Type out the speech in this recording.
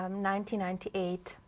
um ninety ninety eight.